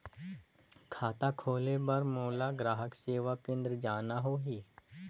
खाता खोले बार मोला ग्राहक सेवा केंद्र जाना होही?